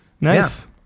nice